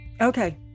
okay